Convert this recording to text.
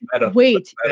wait